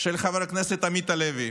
של חבר הכנסת עמית הלוי,